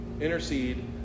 Intercede